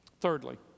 Thirdly